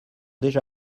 déjà